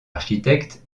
architecte